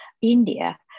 India